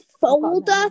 folder